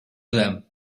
them